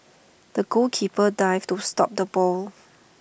the goalkeeper dived to stop the ball